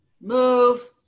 move